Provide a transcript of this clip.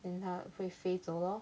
then 他会飞走 lor